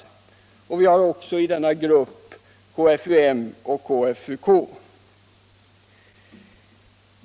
Vi har också i den gruppen KFUM och KFUK.